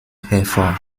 hervor